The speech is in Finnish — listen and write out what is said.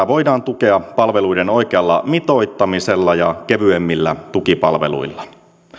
voidaan tukea palveluiden oikealla mitoittamisella ja kevyemmillä tukipalveluilla